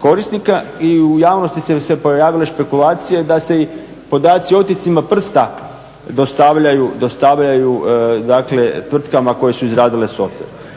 korisnika i u javnosti su se pojavile špekulacije da se i podaci o otiscima prsta dostavljaju, dakle tvrtkama koje su izradile softver.